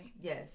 Yes